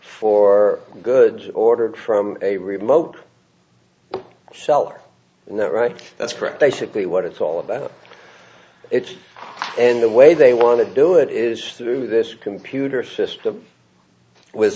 for goods ordered from a remote seller and that right that's correct basically what it's all about it's in the way they want to do it is through this computer system with